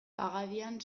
pagadian